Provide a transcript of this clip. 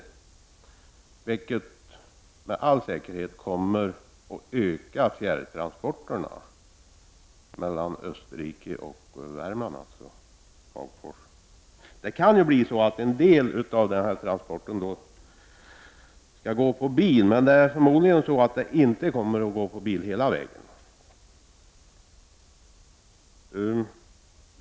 Det kommer med all säkerhet att öka fjärrtransporterna mellan Österrike och Hagfors i Värmland. En del av dessa transporter kommer nog att ske med bil, men förmodligen inte hela vägen.